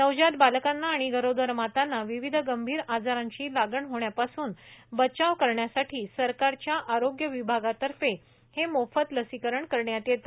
नवजात बालकांना आणि गरोदर मातांना विविध गंभीर आजारांची लागण होण्यापासून बचाव करण्यासाठी सरकारच्या आरोग्य विभागातर्फे मोफत लसीकरण करण्यात येते